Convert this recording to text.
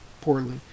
Poorly